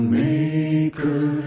maker